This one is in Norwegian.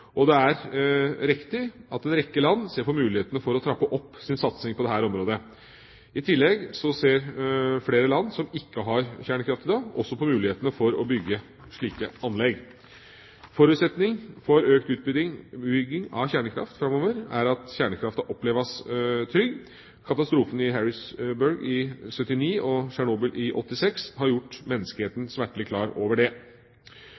Europa. Det er riktig at en rekke land ser på mulighetene for å trappe opp sin satsing på dette området. I tillegg ser flere land, som ikke har kjernekraft i dag, på mulighetene for å bygge slike anlegg. En forutsetning for økt utbygging av kjernekraft framover er at kjernekraften oppleves som trygg. Katastrofene i Harrisburg i 1979 og i Tsjernobyl i 1986 har gjort menneskeheten smertelig klar over det.